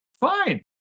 fine